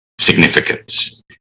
significance